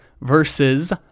versus